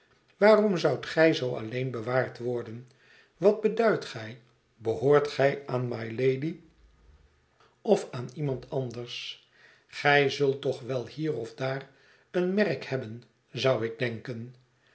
waarom zoudt gij zoo alleen bewaard worden wat beduidt gij behoort gij aan mylady of aan iemand anders gij zult toch wel hier of daar een merk hebben zou ik denken